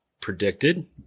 predicted